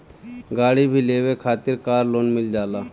गाड़ी भी लेवे खातिर कार लोन मिल जाला